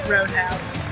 Roadhouse